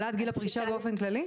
העלאת גיל הפרישה באופן כללי?